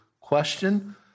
question